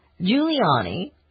Giuliani